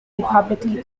publicly